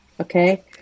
Okay